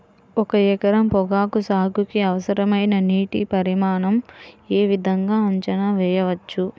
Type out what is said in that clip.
ఒక ఎకరం పొగాకు సాగుకి అవసరమైన నీటి పరిమాణం యే విధంగా అంచనా వేయవచ్చు?